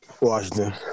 Washington